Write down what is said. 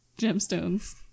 gemstones